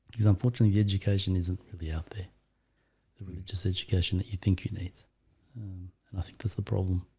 he's unfortunately education isn't really out there the religious education that you think you needs and i think that's the problem.